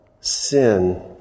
sin